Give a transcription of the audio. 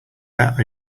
bet